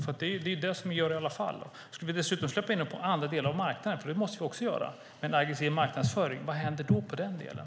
Skulle vi dessutom släppa in dem på andra delar av marknaden, för det måste vi också göra, med en aggressiv marknadsföring: Vad händer då på den delen?